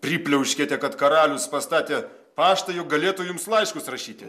pripliauškėte kad karalius pastatė paštą jog galėtų jums laiškus rašyti